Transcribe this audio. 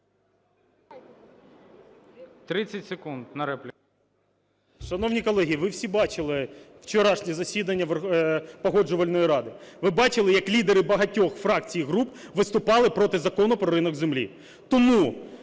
Шановні колеги, ви всі бачили вчорашнє засідання Погоджувальної ради, ви бачили, як лідери багатьох фракцій і груп виступали проти Закону про ринок землі. Тому